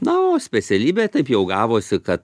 na o specialybė taip jau gavosi kad